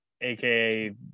AKA